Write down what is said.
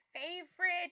favorite